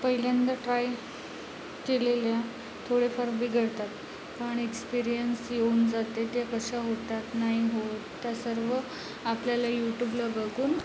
पहिल्यांदा ट्राई केलेल्या थोडे फार बिघडतात पण एक्स्पेरिअन्स येऊन जाते ते कशा होतात नाही होत त्या सर्व आपल्याला यूट्यूबला बघून